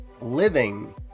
living